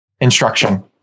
instruction